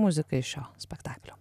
muzika iš šio spektaklio